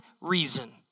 reason